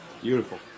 Beautiful